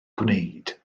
gwneud